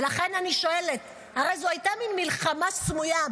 ולכן אני שואלת: הרי זו הייתה מין מלחמה סמויה,